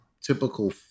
typical